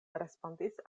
respondis